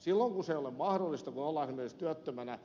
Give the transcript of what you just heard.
silloin kun se ei ole mahdollista kun ollaan esimerkiksi työttömänä